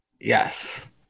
Yes